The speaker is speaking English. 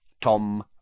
Tom